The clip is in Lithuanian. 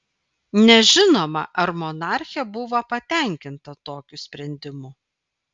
nežinoma ar monarchė buvo patenkinta tokiu sprendimu